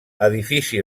edifici